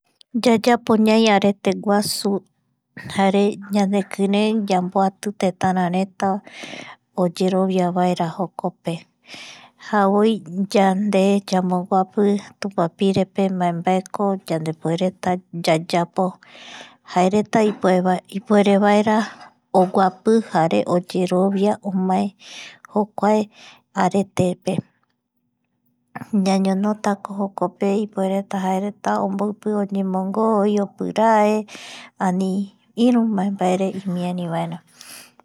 Yayapo ñai areteguasu jare ñanekirei yamboati tetarareta oyeroviavaera jokope javoi yande yamboguapi tupapirepe mbaeko yandepuereta yayapo jaereta ipuerevaera oguapi jare oyerovia omae jokuae aretepe ñañonotako jokope ipueretako jaereta omboipi oñemongoi opirae ani iru mbae mbaere imiari vaera